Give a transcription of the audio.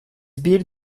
bir